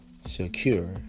secure